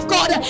God